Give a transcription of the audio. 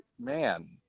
man